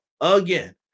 again